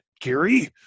Gary